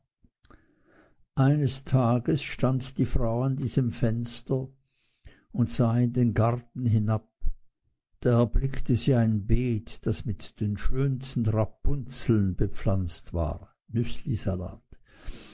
eines tages stand die frau an diesem fenster und sah in den garten hinab da erblickte sie ein beet das mit den schönsten rapunzeln bepflanzt war